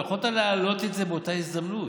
יכולת להעלות את זה באותה הזדמנות,